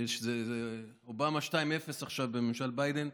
זה אובמה 2.0 עכשיו בממשל ביידן,